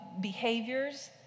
behaviors